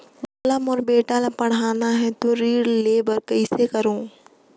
मोला मोर बेटी ला पढ़ाना है तो ऋण ले बर कइसे करो